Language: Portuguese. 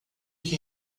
que